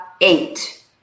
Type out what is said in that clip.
eight